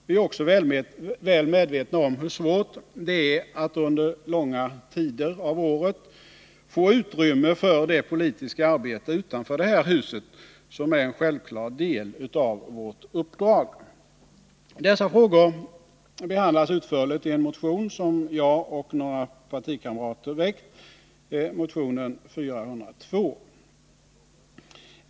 Vi är också väl medvetna om hur svårt det är under långa tider av året att få utrymme för det politiska arbete utanför det här huset som är en självklar del av vårt uppdrag. Dessa frågor behandlas utförligt i en motion som jag och några partikamrater väckt, motion nr 402.